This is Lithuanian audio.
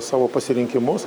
savo pasirinkimus